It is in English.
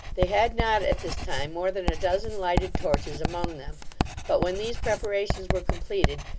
they had not at this time more than a dozen lighted torches among them but when these preparations were completed,